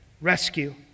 Rescue